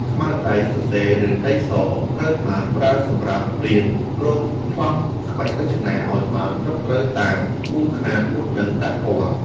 ខ្មៅដៃសរសេរ ឬដីស ត្រូវបានប្រើសម្រាប់ព្រាងគ្រោងប្លង់ក្បាច់រចនាឱ្យបានត្រឹមត្រូវតាមក្បួនខ្នាតមុននឹងដាក់ពណ៌។